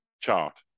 chart